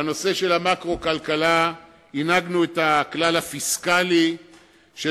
בנושא מקרו-כלכלה הנהגנו את הכלל הפיסקלי של